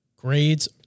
Grades